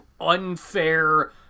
unfair